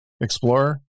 explorer